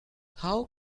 how